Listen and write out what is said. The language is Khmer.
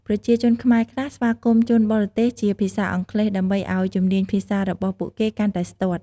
ប្រជាជនខ្មែរខ្លះស្វាគមន៍ជនបរទេសជាភាសាអង់គ្លេស ដើម្បីឲ្យជំនាញភាសារបស់ពួកគេកាន់តែស្ទាត់។